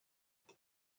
power